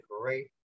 great